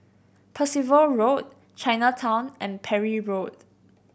Percival Road Chinatown and Parry Road